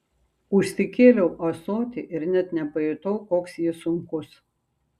užsikėliau ąsotį ir net nepajutau koks jis sunkus